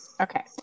Okay